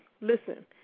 Listen